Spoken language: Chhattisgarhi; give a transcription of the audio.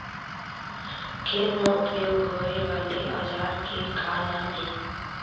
खेत मा उपयोग होए वाले औजार के का नाम हे?